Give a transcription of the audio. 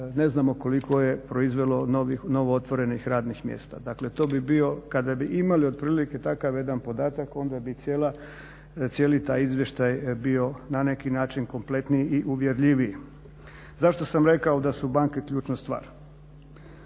ne znamo koliko je proizvelo novo otvorenih radnih mjesta. Dakle, to bi bio kada bi imali otprilike takav jedan podatak onda bi cijeli taj izvještaj bio na neki način kompletniji i uvjerljiviji. Zašto sam rekao da su banke ključna stvar?